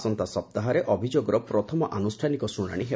ଆସନ୍ତା ସପ୍ତାହରେ ଅଭିଯୋଗର ପ୍ରଥମ ଆନୁଷ୍ଠାନିକ ଶ୍ରୁଣାଣି ହେବ